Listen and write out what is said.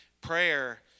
prayer